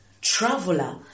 traveler